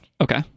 Okay